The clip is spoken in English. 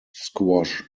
squash